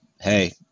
hey